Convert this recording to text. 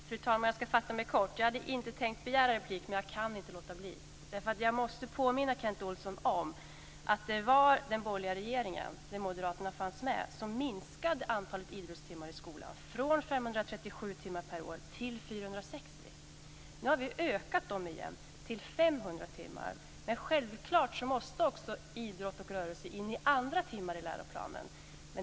Fru talman! Jag ska fatta mig kort. Jag hade inte tänkt begära replik, men jag kan inte låta bli. Jag måste nämligen påminna Kent Olsson om att det var den borgerliga regeringen, där moderaterna fanns med, som minskade antalet idrottstimmar i skolan från 537 timmar per år till 460. Nu har vi ökat dem till 500 timmar, men självklart måste också idrott och rörelse in i andra timmar i läroplanen.